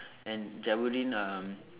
and Jabudeen uh